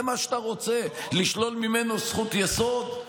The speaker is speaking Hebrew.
זה מה שאתה רוצה, לשלול ממנו זכות יסוד?